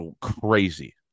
crazy